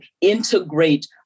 integrate